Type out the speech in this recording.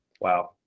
wow